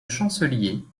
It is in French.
chancelier